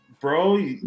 bro